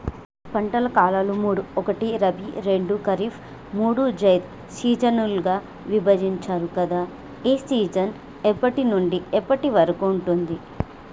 పంటల కాలాలు మూడు ఒకటి రబీ రెండు ఖరీఫ్ మూడు జైద్ సీజన్లుగా విభజించారు కదా ఏ సీజన్ ఎప్పటి నుండి ఎప్పటి వరకు ఉంటుంది?